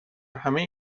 همه